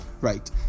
right